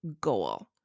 goal